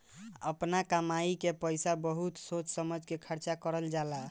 आपना कमाई के पईसा बहुत सोच समझ के खर्चा करल जाला